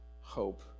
hope